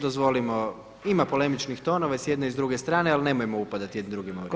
Dozvolimo, ima polemičnih tonova i s jedne i s druge strane ali nemojmo upadati jedni drugima u riječ.